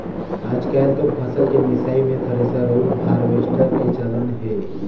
आयज कायल तो फसल के मिसई मे थेरेसर अउ हारवेस्टर के चलन हे